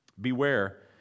Beware